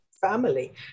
family